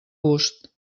gust